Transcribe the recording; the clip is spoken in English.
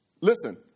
Listen